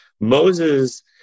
Moses